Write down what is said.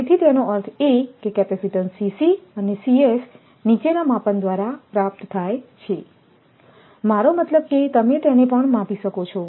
તેથી તેનો અર્થ એ કે કેપેસિટીન્સ અને નીચેના માપન દ્વારા પ્રાપ્ત થાય છે મારો મતલબ કે તમે તેને પણ માપી શકો છો